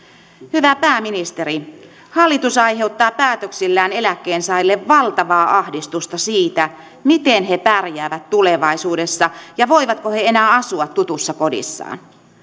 hyvä pääministeri hallitus aiheuttaa päätöksillään eläkkeensaajille valtavaa ahdistusta siitä miten he pärjäävät tulevaisuudessa ja voivatko he enää asua tutussa kodissaan